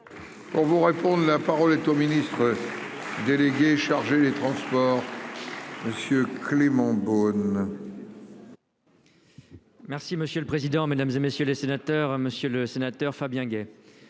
On vous réponde, la parole est au ministre délégué chargé des Transports, monsieur Clément Beaune. Merci monsieur le président, Mesdames et messieurs les sénateurs, Monsieur le Sénateur, Fabien gay,